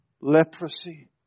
leprosy